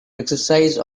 exercise